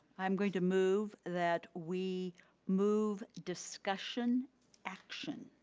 i'm going to move that we move discussion action